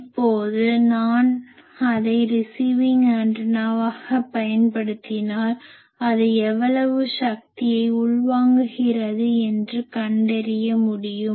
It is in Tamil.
இப்போது நான் அதை ரிசிவிங் ஆண்டனாவாகப் பயன்படுத்தினால் அது எவ்வளவு சக்தியை உள்வாங்குகிறது என்று கண்டறிய முடியும்